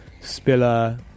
Spiller